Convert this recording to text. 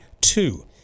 Two